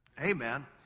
Amen